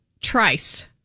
Trice